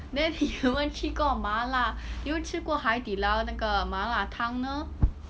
then 你有没有去过麻辣有没有吃过海底捞那个麻辣汤呢